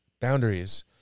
boundaries